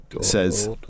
says